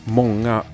många